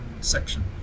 section